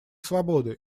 свободы